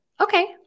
Okay